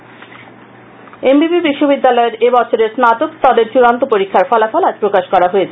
বিশ্ববিদ্যালয় ফল এম বি বি বিশ্ববিদ্যালয়ের এ বছরের স্নাতক স্তরের চূড়ান্ত পরীক্ষার ফলাফল আজ প্রকাশ করা হয়েছে